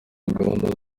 gahunda